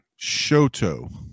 Shoto